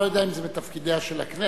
אני לא יודע אם זה מתפקידיה של הכנסת,